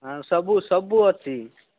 ଆଉ ସବୁ ସବୁ ଅଛି